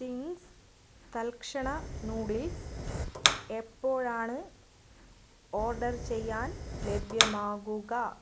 Ching's തൽക്ഷണ noodles എപ്പോഴാണ് order ചെയ്യാൻ ലഭ്യമാകുക